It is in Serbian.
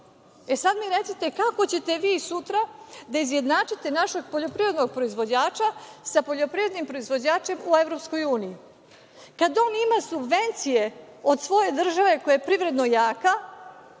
e sad mi recite kako ćete vi sutra da izjednačite našeg poljoprivrednog proizvođača sa poljoprivrednim proizvođačem u EU, kad on ima subvencije od svoje države koja je privredno jaka,